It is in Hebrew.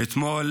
ואתמול